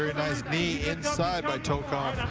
ah nice knee inside by tokov.